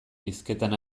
hizketan